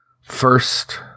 First